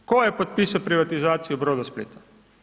Tko je potpisao privatizaciju Brodosplita?